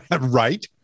Right